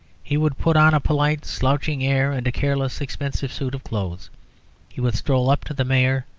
he would put on a polite slouching air and a careless, expensive suit of clothes he would stroll up to the mayor,